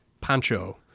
Pancho